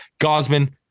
Gosman